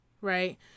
right